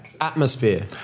Atmosphere